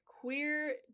queer